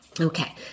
Okay